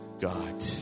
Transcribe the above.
God